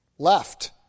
left